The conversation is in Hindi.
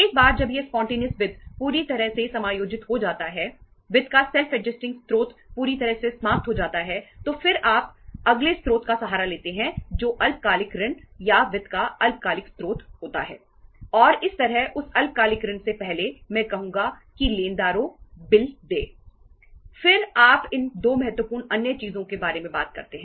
एक बार जब यह स्पॉन्टेनियस स्रोत हैं